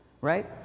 right